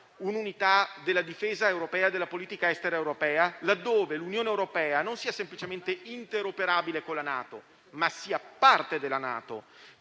un'unità della difesa europea e della politica estera europea laddove l'Unione europea non sia semplicemente interoperabile con la NATO, ma sia parte di essa,